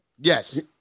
Yes